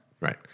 Right